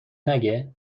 نگه